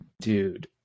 Dude